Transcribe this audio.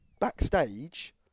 backstage